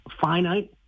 finite